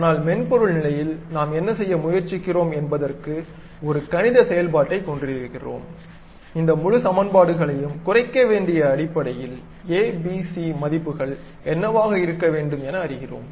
ஆனால் மென்பொருள் நிலையில் நாம் என்ன செய்ய முயற்சிக்கிறோம் என்பதற்க்கு ஒரு கணித செயல்பாட்டைக் கொண்டிருக்கிறோம் இந்த முழு சமன்பாடுகளையும் குறைக்க வேண்டிய அடிப்படையில் a b c மதிப்புகள் என்னவாக இருக்க வேண்டும் என அறிகிறோம்